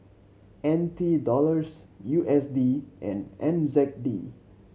N T Dollars U S D and N Z D